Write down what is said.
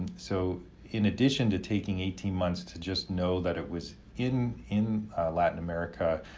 so in addition to taking eighteen months to just know that it was in in latin america,